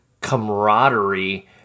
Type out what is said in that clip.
camaraderie